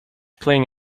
playing